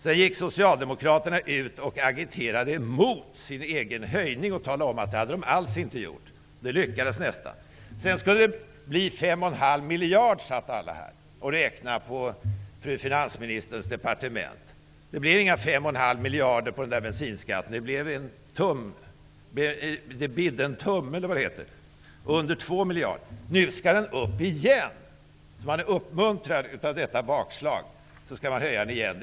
Sedan gick Socialdemokraterna ut och argumenterade emot sin egen höjning och förnekade sin medverkan i detta. Det lyckades nästan. Alla sade då att höjningen skulle ge 5 1 2 miljard genom bensinskattehöjningen, utan det bidde en tumme, som det heter, nämligen under 2 miljarder. Uppmuntrade av detta bakslag skall man nu höja bensinskatten igen.